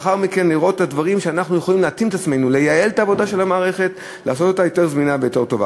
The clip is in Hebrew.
אנחנו הפעלנו את התנור יותר מדי מוקדם.